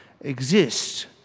exist